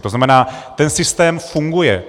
To znamená, ten systém funguje.